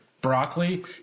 Broccoli